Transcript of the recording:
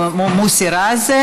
מוסי רז.